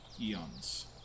eons